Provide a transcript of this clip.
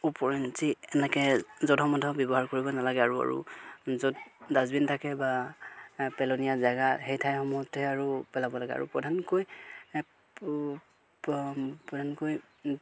ওপৰঞ্চি এনেকৈ যধ মধ ব্যৱহাৰ কৰিব নালাগে আৰু আৰু য'ত ডাষ্টবিন থাকে বা পেলনীয়া জেগা সেই ঠাইসমূহতহে আৰু পেলাব লাগে আৰু প্ৰধানকৈ প্ৰধানকৈ